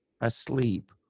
asleep